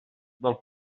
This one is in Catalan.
del